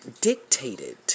dictated